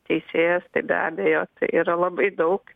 teisėjas tai be abejo tai yra labai daug